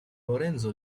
lorenzo